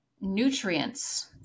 nutrients